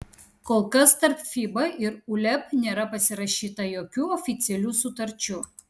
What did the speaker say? kol kas tarp fiba ir uleb nėra pasirašyta jokių oficialių sutarčių